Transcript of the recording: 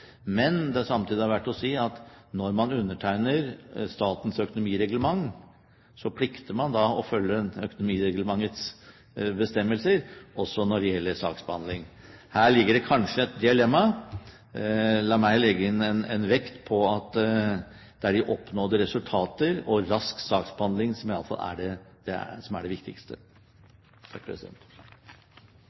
er det verdt å si at når man undertegner statens økonomireglement, plikter man å følge økonomireglementets bestemmelser også når det gjelder saksbehandling. Her ligger det kanskje et dilemma. La meg legge inn en vekt på at det er de oppnådde resultater og rask saksbehandling som iallfall er det viktigste. De ambisjonene som vi har for Enova, er høye. Det